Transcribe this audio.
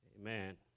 Amen